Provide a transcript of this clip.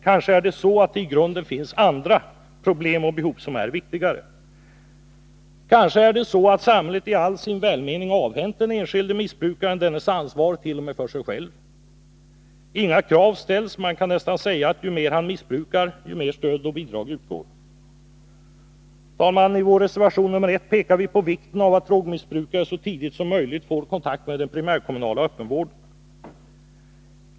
Kanske är det så, att det i grunden finns andra problem och behov som är viktigare. Kanske har samhället i all sin välmening avhänt den enskilde missbrukaren dennes ansvar t.o.m. för sig själv. Inga krav ställs. Man kan nästan säga att ju mer han missbrukar, desto mer stöd och bidrag utgår. Herr talman! I vår reservation nr 1 pekar vi på vikten av att drogmissbrukare så tidigt som möjligt får kontakt med den primärkommunala öppenvården.